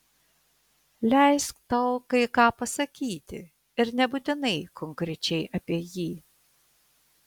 leisk tau kai ką pasakyti ir nebūtinai konkrečiai apie jį